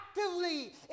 actively